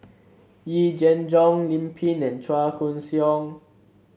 Yee Jenn Jong Lim Pin and Chua Koon Siong